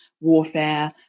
warfare